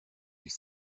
ils